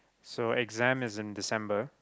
so exam is in December